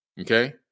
Okay